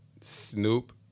Snoop